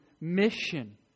mission